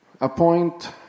Appoint